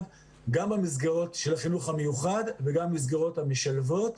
גם במסגרות של החינוך המיוחד וגם במסגרות המשלבות.